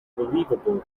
believable